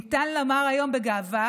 ניתן לומר היום בגאווה